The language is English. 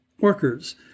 workers